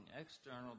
external